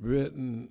written